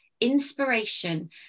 inspiration